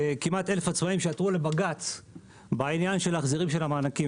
כמעט 1,000 עצורים שעתרו לבג"ץ בעניין של ההחזרים של המענקים.